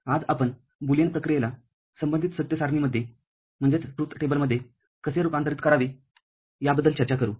आज आपण बुलियन प्रक्रियेला संबंधित सत्य सारणीमध्ये कसे रूपांतरित करावे याबद्दल चर्चा करू